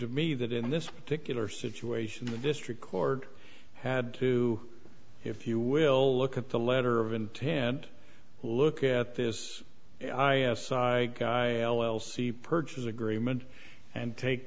to me that in this particular situation the district court had to if you will look at the letter of intent look at this i s i guy l l c purchase agreement and take